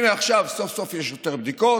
והינה עכשיו סוף-סוף יש יותר בדיקות.